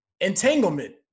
entanglement